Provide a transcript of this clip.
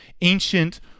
ancient